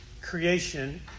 creation